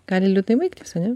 gali liūdnai baigtis ane